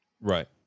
Right